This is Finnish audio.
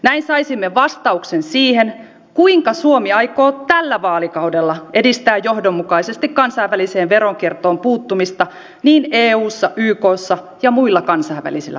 näin saisimme vastauksen siihen kuinka suomi aikoo tällä vaalikaudella edistää johdonmukaisesti kansainväliseen veronkiertoon puuttumista niin eussa ja ykssa kuin muilla kansainvälisillä areenoilla